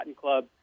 Club